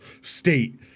state